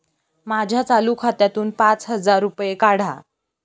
माझ्या चालू खात्यातून पाच हजार रुपये काढा